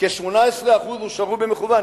כ-18% הושארו במכוון.